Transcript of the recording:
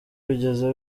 bigeze